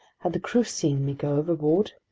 had the crew seen me go overboard?